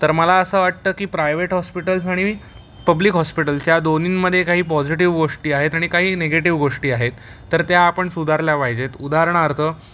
तर मला असं वाटतं की प्रायवेट हॉस्पिटल्स आणि पब्लिक हॉस्पिटल्स या दोन्हींमध्ये काही पॉझिटीव गोष्टी आहेत आणि काही निगेटीव गोष्टी आहेत तर त्या आपण सुधारल्या पाहिजेत उदाहरणार्थ